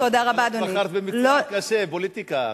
אבל את בחרת במקצוע קשה, פוליטיקה.